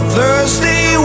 Thursday